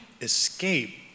escape